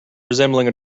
resembling